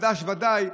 חדש ודאי,